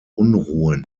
unruhen